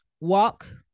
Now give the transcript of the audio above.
walk